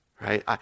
Right